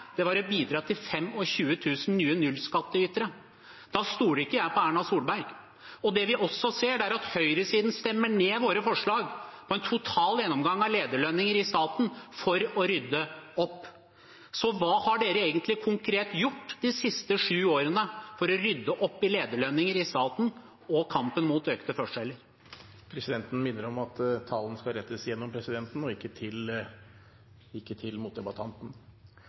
var å bidra til 25 000 nye nullskatteytere. Da stoler ikke jeg på Erna Solberg. Det vi også ser, er at høyresiden stemmer ned våre forslag om en total gjennomgang av lederlønninger i staten for å rydde opp. Så hva har dere egentlig konkret gjort de siste sju årene for å rydde opp i lederlønninger i staten og i kampen mot økte forskjeller? Presidenten minner om at talen skal rettes til presidenten og ikke til motdebattanten. Jeg kan jo fortsette der jeg slapp. Arbeidet mot